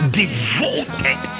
devoted